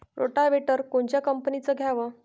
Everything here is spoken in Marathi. रोटावेटर कोनच्या कंपनीचं घ्यावं?